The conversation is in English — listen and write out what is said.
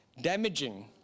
damaging